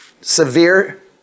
severe